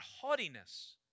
haughtiness